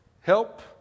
Help